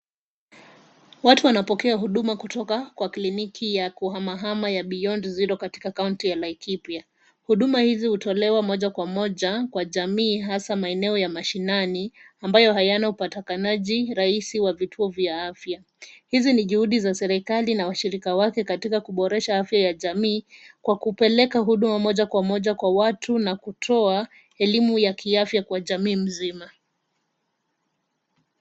Watu wanapokea huduma kutoka kwa kliniki ya kuhamahama ya Beyond Zero katika kaunti ya laikipia. Huduma hizi hutolewa moja kwa moja kwa jamii hasa maeneo ya mashinani, ambayo hayana upatikanaji rahisi wa vituo vya afya. Hizi ni juhudi za serikali na washirika wake katika kuboresha afya ya jamii, kwa kupeleka huduma moja kwa moja kwa watu na kutoa elimu ya kiafya kwa jamii mzima.